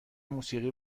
موسیقی